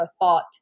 thought